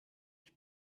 ich